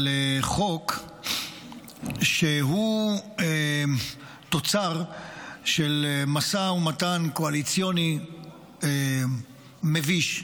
חוק שהוא תוצר של משא ומתן קואליציוני מביש,